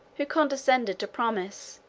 who condescended to promise,